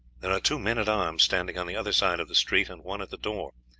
there are two men-at-arms standing on the other side of the street and one at the door.